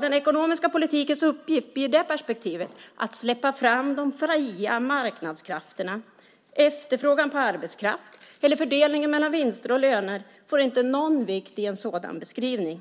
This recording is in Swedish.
Den ekonomiska politikens uppgift blir i det perspektivet att släppa fram de fria marknadskrafterna. Efterfrågan på arbetskraft eller fördelningen mellan vinster och löner får inte någon vikt i en sådan beskrivning.